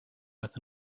with